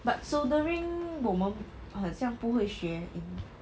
but soldering 我们很像不会学 in